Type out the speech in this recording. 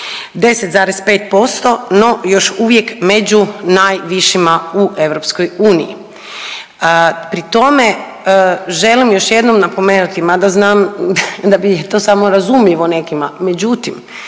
10,5% no još uvijek među najvišima u EU. Pri tome želim još jednom napomenuti mada znam da bi to samo razumljivo nekima, međutim